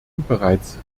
bereits